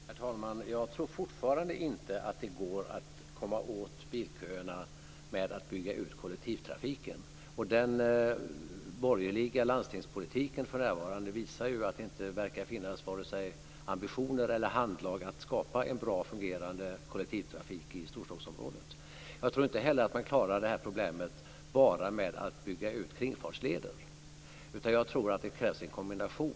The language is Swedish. Herr talman! Jag tror fortfarande inte att det går att komma åt bilköerna genom att bygga ut kollektivtrafiken. Den borgerliga landstingspolitiken visar ju att det inte verkar finnas vare sig ambitioner eller handlag att skapa en bra fungerande kollektivtrafik i Storstockholmsområdet. Jag tror inte heller att man klarar det här problemet genom att bara bygga ut kringfartsleder. Jag tror att det krävs en kombination.